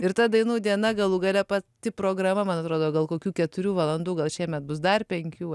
ir ta dainų diena galų gale pati programa man atrodo gal kokių keturių valandų gal šiemet bus dar penkių